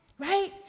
Right